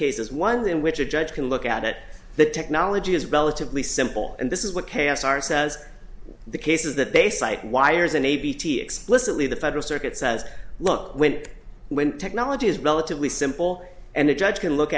cases one in which a judge can look at the technology is relatively simple and this is what chaos are says the cases that they cite wires and abt explicitly the federal circuit says look when when technology is relatively simple and the judge can look